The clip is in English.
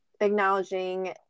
Acknowledging